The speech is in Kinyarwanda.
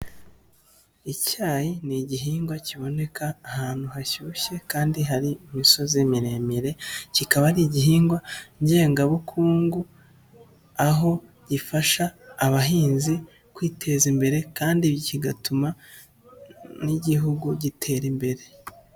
Icyayi ni igihingwa kiboneka ahantu hashyushye kandi hari imisozi miremire, kikaba ari igihingwa ngengabukungu aho gifasha abahinzi kwiteza imbere, kandi kigatuma n'igihugu gitera imbere.